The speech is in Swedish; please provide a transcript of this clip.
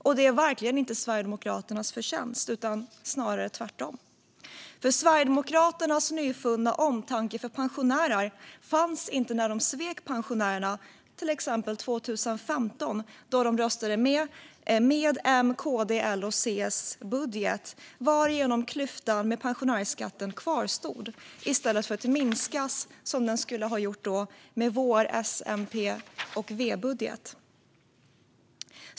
Och det är verkligen inte Sverigedemokraternas förtjänst, utan snarare tvärtom. Sverigedemokraternas nyfunna omtanke om pensionärerna fanns inte när de svek pensionärerna, till exempel 2015, då de röstade med M:s, KD:s, L:s och C:s budget varigenom klyftan med pensionärsskatten kvarstod i stället för att minskas, som den skulle ha gjort med vår S-, MP och V-budget.